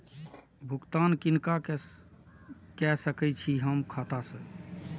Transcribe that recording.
भुगतान किनका के सकै छी हम खाता से?